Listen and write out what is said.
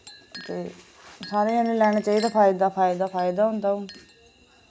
ते सारें जनै लैना चाहिदा फायदा फायदा फायदा होंदा हुन